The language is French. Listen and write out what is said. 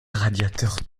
radiateur